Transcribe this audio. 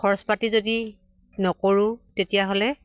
খৰচ পাতি যদি নকৰোঁ তেতিয়া হ'লে